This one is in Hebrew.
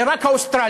זה רק האוסטרלים.